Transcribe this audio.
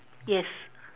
yes